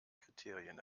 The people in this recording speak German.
kriterien